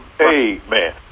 Amen